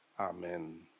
Amen